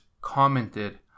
commented